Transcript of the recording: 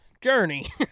journey